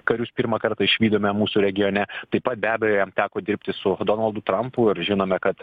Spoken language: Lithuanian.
karius pirmą kartą išvydome mūsų regione taip pat be abejo jam teko dirbti su donaldu trampu ir žinome kad